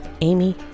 Amy